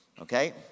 Okay